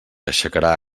aixecarà